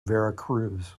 veracruz